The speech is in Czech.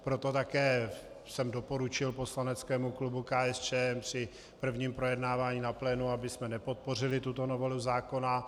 Proto také jsem doporučil poslaneckému klubu KSČM při prvním projednávání na plénu, abychom nepodpořili tuto novelu zákona.